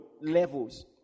levels